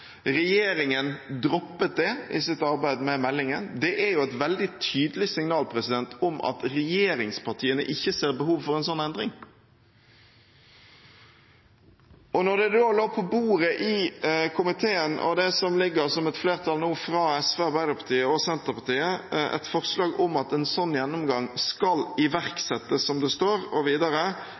Regjeringen droppet det i sitt arbeid med meldingen. Det er et veldig tydelig signal om at regjeringspartiene ikke ser behov for en sånn endring. Når det da lå på bordet i komiteen – og også med tanke på det som nå ligger som et forslag fra SV, Arbeiderpartiet og Senterpartiet, et forslag om at en sånn gjennomgang skal iverksettes, som det står, og videre